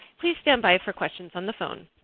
please standby for questions on the phone.